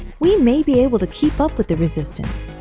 we may be able to keep up with the resistance,